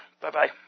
Bye-bye